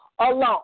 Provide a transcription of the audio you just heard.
alone